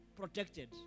protected